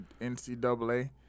NCAA